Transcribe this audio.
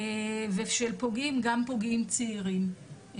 ושפוגעים גם פוגעים צעירים.